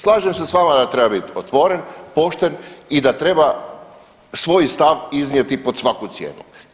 Slažem se s vama da treba biti otvoren, pošten i da treba svoj stav iznijeti pod svaku cijenu.